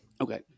okay